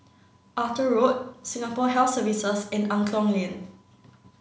Arthur Road Singapore Health Services and Angklong Lane